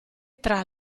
tra